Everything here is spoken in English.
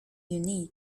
unique